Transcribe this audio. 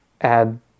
add